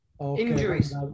Injuries